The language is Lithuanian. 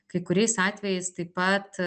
kai kuriais atvejais taip pat